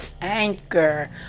anchor